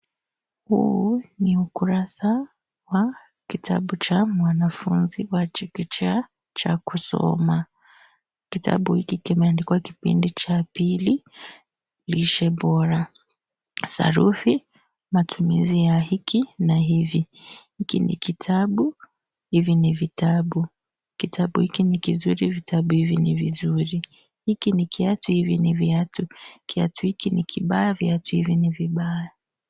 Huu, ni ukurasa wa kitabu cha mwanafunzi wa chekechea cha kusoma. Kitabu hiki kimeandikwa kipindi cha pili, lishe bora, sarufi ,matumizi ya hiki na hivi. Hiki ni kitabu, hivi ni vitabu. Kitabu hiki ni kizuri, vitabu hivi ni vizuri. Hiki ni kiatu, hivi ni viatu. Kiatu hiki ni kibaya, viatu hivi ni vibaya.